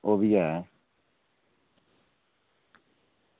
ओह् बी ऐ